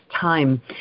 time